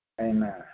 Amen